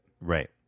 Right